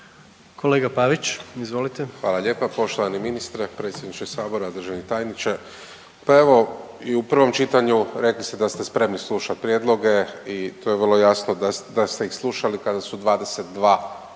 **Pavić, Marko (HDZ)** Hvala lijepa poštovani ministre i predsjedniče Sabora, državni tajniče. Pa evo i u prvom čitanju rekli ste da ste spremni slušati prijedloge i to je vrlo jasno da ste ih slušali kada su 22 prijedloga